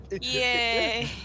Yay